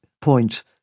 point